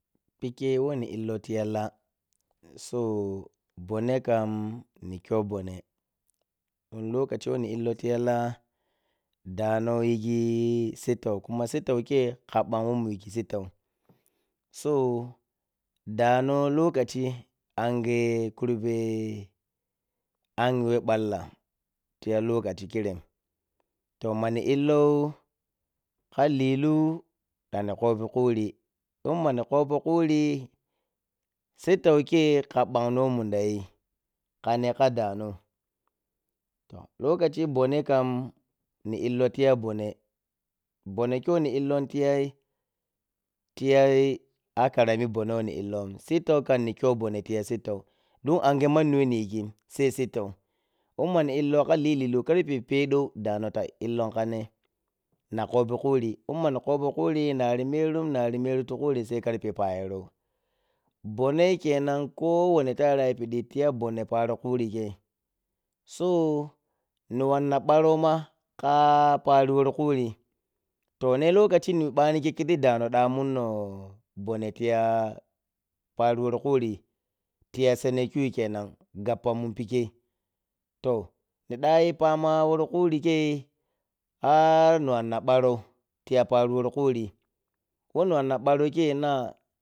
Pikkye wo ni illow tiya lah, so bonne kham ni kyow bonne lokachi wo ni illoww tiya lah, dano yi ghi sittaw khuma sittaw kyaiyi kha ɓabg wo mun yisi sittaw, so dano lokachi anghighi kurba anghi wo ɓallom tiya lokachi kirem, to mani illow kha lilu do ɗan ni kwobi khuri, immani kwapow khuri, sittaw kyeyi ka ɓangno wo munda yi kha neh kha dan o toh lokachi ɓonne kam ni illow ti ya bonne, bonne kyeyi ni illow tiyayi-tiyayi a karami baneh wo ni illown tiyayim, sittaw kham ni kyow boneh tiya sittaw don angha manni wewoniyighim sei sittaw, imma hi illow kha lillilu karpe pedow dano ta illown kha ne, nak wop inari merum-nari meru ti khurim sai karpe parellow bonneyi kenan kowane taran yapidi tiya binneh paro khuri kyeiyi so ni wanna ɓarow ma ka parowaro kure tone lokaci na di ɓani khi ghi dano da mahnna bumne tiya pari war khuri tiya sene kyuyi kenan gapyannum pikkye to ni da yip ama wor khuri kyeyi har ni wanna ɓarow ti yen pari wor khuriyi har ni wanna ban kene.